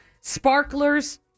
Sparklers